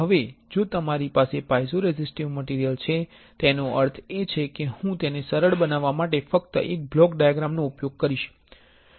હવે જો તમારી પાસે પાઇઝોરેઝિસ્ટીવ મટીરિયલ છે તેનો અર્થ એ છે કે હું તેને સરળ બનાવવા માટે ફક્ત એક બ્લોક ડાયાગ્રામ નો ઉપયોગ કરીશ